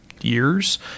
years